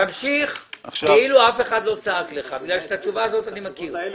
תמשיך כאילו אף אחד לא צעק לך כי את התשובה הזאת אני מכיר.